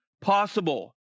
possible